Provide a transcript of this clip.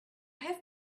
have